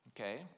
Okay